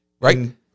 Right